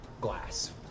glass